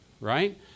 right